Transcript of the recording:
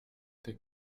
the